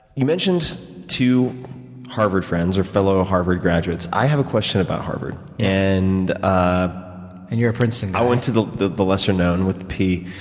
you mentioned two harvard friends or fellow harvard graduates i have a question about harvard. and ah and you're a princeton guy? i went to the the lesser known with the p.